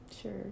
Sure